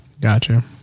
Gotcha